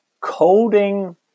coding